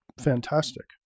fantastic